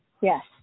Yes